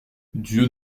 dieu